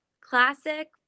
Classic